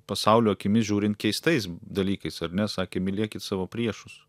pasaulio akimis žiūrint keistais dalykais ar ne sakė mylėkit savo priešus